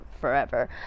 forever